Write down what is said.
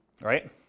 right